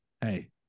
hey